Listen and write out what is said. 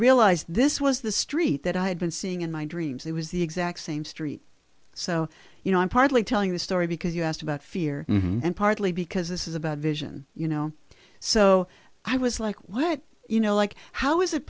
realized this was the street that i had been seeing in my dreams it was the exact same street so you know i'm partly telling the story because you asked about fear and partly because this is about vision you know so i was like what you know like how is it